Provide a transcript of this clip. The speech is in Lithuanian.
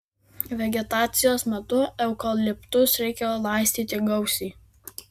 vegetacijos metu eukaliptus reikia laistyti gausiai